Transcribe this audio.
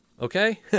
okay